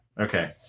Okay